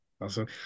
Awesome